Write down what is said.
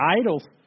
idols